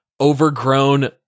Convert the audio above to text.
overgrown